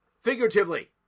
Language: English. figuratively